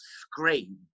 scream